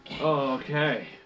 Okay